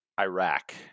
Iraq